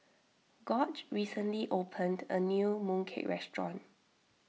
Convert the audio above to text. Gorge recently opened a new Mooncake restaurant